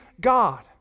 God